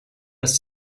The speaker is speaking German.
dass